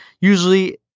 usually